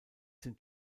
sind